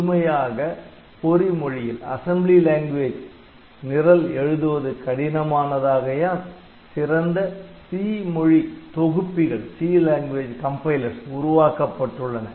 முழுமையாக பொறிமொழியில் நிரல் எழுதுவது கடினமானதா கையால் சிறந்த 'C' மொழி தொகுப்பிகள் உருவாக்கப்பட்டுள்ளன